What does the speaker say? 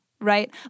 right